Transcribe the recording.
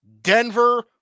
Denver